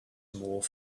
more